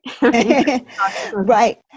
Right